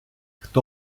хто